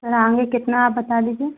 sir आगे कितना आप बता दीजिए